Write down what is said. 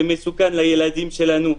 זה מסוכן לילדים שלנו,